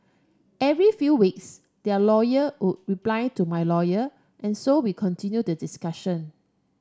every few weeks their lawyer would reply to my lawyer and so we continued the discussion